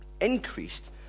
increased